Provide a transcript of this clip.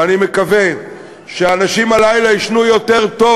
אבל אני מקווה שהאנשים במקומות האלה יישנו הלילה יותר טוב,